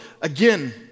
again